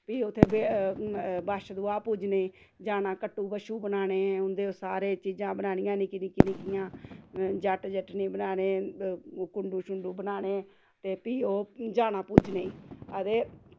फ्ही उत्थें बच्छदुआह् पूजने जाना कट्टू बच्छु बनाने उं'दे ओह् सारे चीज़ां बनानियां निक्के निक्की निक्कियां जाट्ट जट्टनी बनाने कुंडू शुंडू बनाने ते फ्ही ओह् जाना पूजने गी आ ते